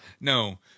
no